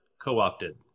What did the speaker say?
co-opted